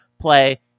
play